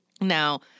Now